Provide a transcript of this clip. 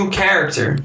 character